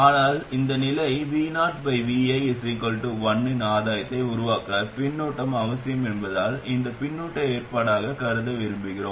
ஆனால் இந்த நிலை vovi1 இன் ஆதாயத்தை உருவாக்க பின்னூட்டம் அவசியம் என்பதால் அதை பின்னூட்ட ஏற்பாடாக கருத விரும்புகிறோம்